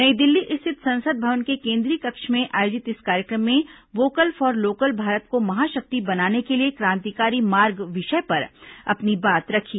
नई दिल्ली स्थित संसद भवन के केन्द्रीय कक्ष में आयोजित इस कार्यक्रम में वोकल फॉर लोकल भारत को महाशक्ति बनाने के लिए क्रांतिकारी मार्ग विषय पर अपनी बात रखी